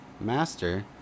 master